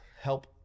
help